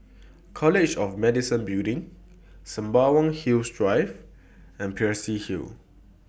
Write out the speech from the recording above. College of Medicine Building Sembawang Hills Drive and Peirce Hill